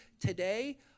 today